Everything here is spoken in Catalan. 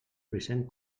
present